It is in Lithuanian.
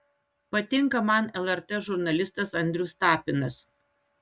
patinka man lrt žurnalistas andrius tapinas